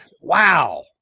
Wow